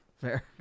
fair